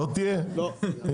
אני